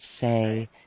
say